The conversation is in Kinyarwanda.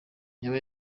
yaba